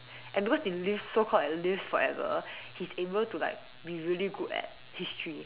and because he live so called like live forever he's able to like be really good at history